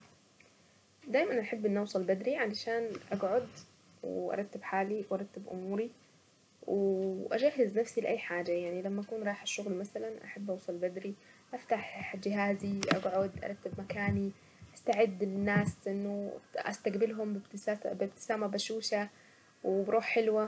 دايما احب اني اوصل بدري علشان اقعد وارتب حالي وارتب اموري واجهز نفسي لاي حاجة يعني لما اكون رايحة الشغل مثلا احب اوصل بدري افتح جهازي اقعد ارتب مكاني استعد للناس انه استقبلهم بابتسامة بشوشة وبروح حلوة.